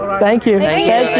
thank you,